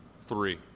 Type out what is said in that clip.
Three